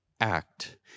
act